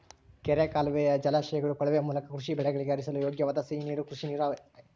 ಕೆರೆ ಕಾಲುವೆಯ ಜಲಾಶಯಗಳ ಕೊಳವೆ ಮೂಲಕ ಕೃಷಿ ಬೆಳೆಗಳಿಗೆ ಹರಿಸಲು ಯೋಗ್ಯವಾದ ಸಿಹಿ ನೀರು ಕೃಷಿನೀರು ಆಗ್ಯಾವ